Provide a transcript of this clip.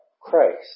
Christ